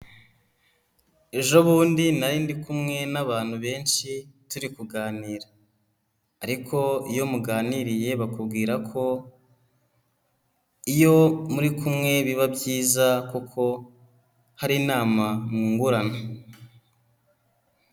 Ejo bundi nari ndi kumwe n'abantu benshi turi kuganira, ariko iyo muganiriye bakubwira ko iyo muri kumwe biba byiza kuko hari inama mwungurana.